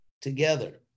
together